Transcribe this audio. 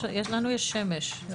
לנו יש שמש.